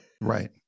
right